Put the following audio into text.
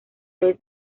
vez